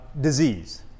disease